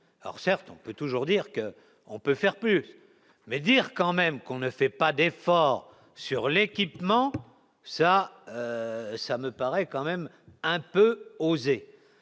alors certes, on peut toujours dire que on peut faire plus mais, dire quand même qu'on ne fait pas d'effort sur l'équipement ça, ça me paraît quand même un peu osé,